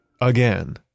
again